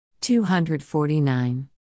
249